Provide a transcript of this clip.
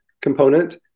component